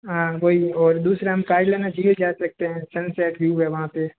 हाँ वही और दूसरा हम कायलाना झील जा सकते हैं सनसेट व्यू है वहाँ पर